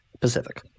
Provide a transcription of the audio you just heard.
Pacific